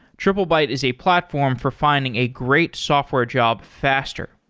triplebyte is a platform for finding a great software job faster.